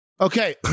Okay